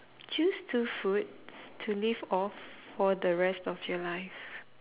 choose two foods to live off for the rest of your life